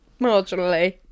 marginally